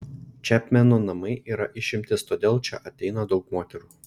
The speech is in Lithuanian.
čepmeno namai yra išimtis todėl čia ateina daug moterų